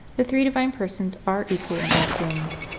the three divine persons are equal in all things.